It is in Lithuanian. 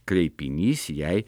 kreipinys jai